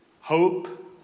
hope